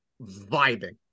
vibing